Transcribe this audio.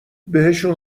بهشون